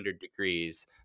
degrees